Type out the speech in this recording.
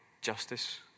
justice